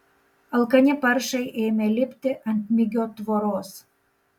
alkani paršai ėmė lipti ant migio tvoros